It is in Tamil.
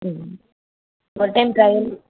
ம் ஒரு டைம் ட்ரையல்